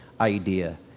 idea